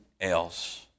else